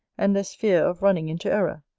and less fear of running into error.